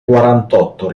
quarantotto